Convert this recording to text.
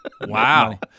Wow